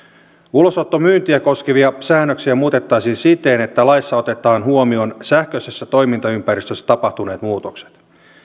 ulosottomyyntiä koskevia säännöksiä muutettaisiin siten että laissa otetaan huomioon sähköisessä toimintaympäristössä tapahtuneet muutokset